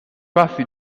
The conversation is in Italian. passi